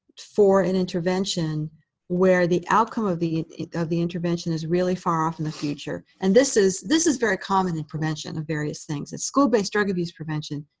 for an intervention where the outcome of the of the intervention is really far off in the future and this is this is very common and intervention of various things. at school-based drug abuse prevention,